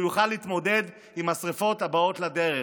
יוכל להתמודד עם השרפות הבאות בדרך,